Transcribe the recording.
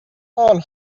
all